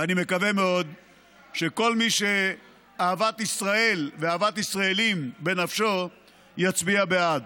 ואני מקווה מאוד שכל מי שאהבת ישראל ואהבת ישראלים בנפשו יצביע בעד.